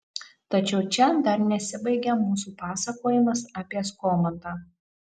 tačiau čia dar nesibaigia mūsų pasakojimas apie skomantą